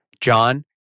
John